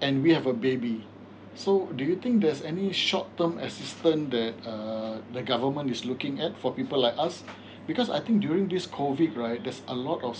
and we have a baby so do you think there's any short term assistance that uh the government is looking at for people like us because I think during this COVID right there's a lot of